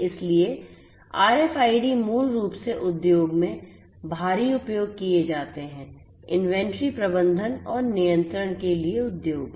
इसलिए RFID मूल रूप से उद्योग में भारी उपयोग किए जाते हैं इन्वेंट्री प्रबंधन और नियंत्रण के लिए उद्योग में